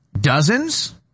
Dozens